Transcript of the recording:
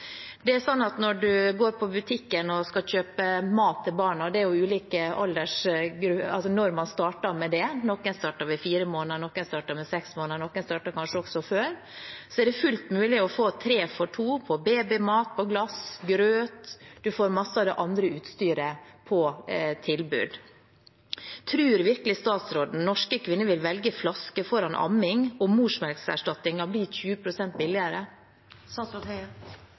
det – noen starter ved fire måneders alder, noen ved seks måneders alder, og noen starter kanskje også før det – er det fullt mulig å få tre for to på babymat på glass og på grøt, og mye av det andre utstyret er også på tilbud. Tror virkelig statsråden at norske kvinner vil velge flaske foran amming om morsmelkerstatningen blir 20 pst. billigere?